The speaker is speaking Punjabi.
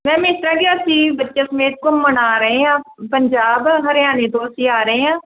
ਮੈਮ ਇਸ ਤਰ੍ਹਾਂ ਕਿ ਅਸੀਂ ਬੱਚਿਆਂ ਸਮੇਤ ਘੁੰਮਣ ਆ ਰਹੇ ਹਾਂ ਪੰਜਾਬ ਹਰਿਆਣੇ ਤੋਂ ਅਸੀਂ ਆ ਰਹੇ ਹਾਂ